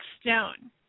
stone